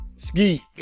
Ski